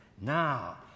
Now